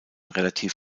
relativ